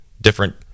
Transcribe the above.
different